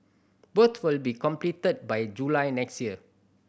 both will be completed by July next year